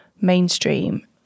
mainstream